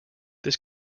this